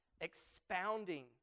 expounding